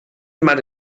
mare